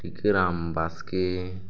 Tikaram Baske